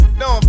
no